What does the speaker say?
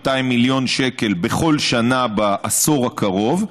200 מיליון שקל בכל שנה בעשור הקרוב.